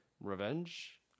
Revenge